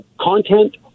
content